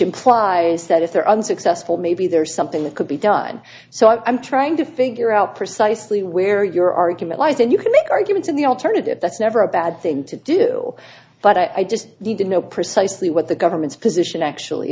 they're unsuccessful maybe there's something that could be done so i'm trying to figure out precisely where your argument lies and you can make arguments in the alternative that's never a bad thing to do but i just need to know precisely what the government's position actually